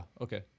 okay